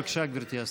בבקשה, גברתי השרה.